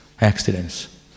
accidents